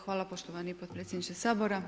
Hvala poštovani podpredsjedniče Sabora.